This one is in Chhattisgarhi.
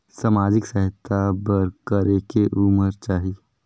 समाजिक सहायता बर करेके उमर चाही?